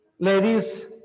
ladies